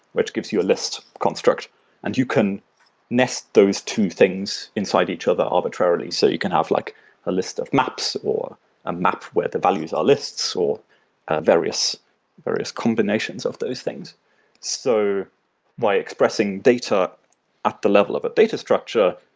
which gives you a list of constructs. and you can nest those two things inside each other arbitrarily, so you can have like a list of maps or a map where the values, or list, so or various various combinations of those things so by expressing data at the level of a data structure,